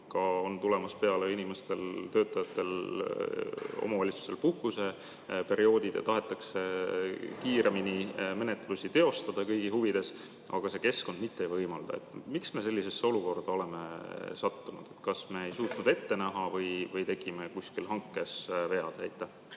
on tulemas inimestel, töötajatel ja omavalitsustel puhkuseperioodid ja tahetakse kiiremini menetlusi teostada kõigi huvides, aga see keskkond seda mitte ei võimalda. Miks me sellisesse olukorda oleme sattunud? Kas me ei suutnud seda ette näha või tegime kuskil hankes vead?